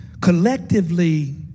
Collectively